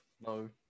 No